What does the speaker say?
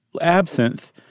absinthe